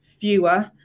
fewer